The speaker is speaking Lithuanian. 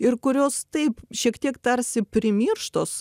ir kurios taip šiek tiek tarsi primirštos